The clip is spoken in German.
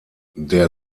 der